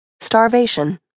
Starvation